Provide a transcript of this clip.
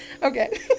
Okay